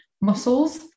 muscles